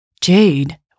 Jade